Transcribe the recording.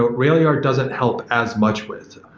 but railyard doesn't help as much with.